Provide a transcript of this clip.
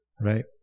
Right